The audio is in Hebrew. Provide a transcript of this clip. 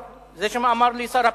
זה מה שאמר לי שר הפנים.